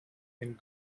and